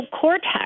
cortex